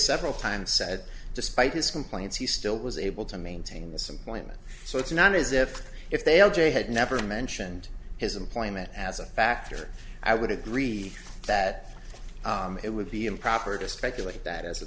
several times said despite his complaints he still was able to maintain this employment so it's not as if if they all day had never mentioned his employment as a factor i would agree that it would be improper to speculate that as a